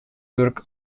wurk